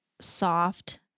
soft